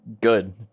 Good